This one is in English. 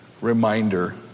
reminder